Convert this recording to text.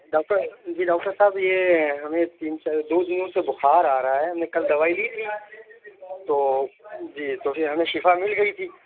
doctor ji doctor صاحب یہ ہمیں دو دنوں سے بخار آ رہا ہے ہم نے کل دوائی لی تھی تو جی تو پھر ہمیں شفا مل گئی تھی